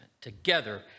together